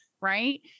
right